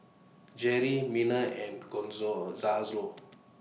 Jerri Miner and